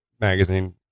magazine